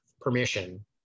permission